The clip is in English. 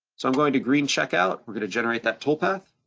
so i'm going to green checkout, we're gonna generate that toolpath.